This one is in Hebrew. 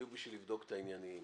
בדיוק בשביל לבדוק את העניינים,